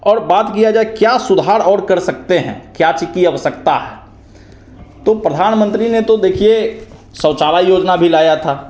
और बात किया जाए क्या सुधार और कर सकतें हैं क्या चीज की आवश्यकता है तो प्रधानमंत्री ने तो देखिए शौचालय योजना भी लाया था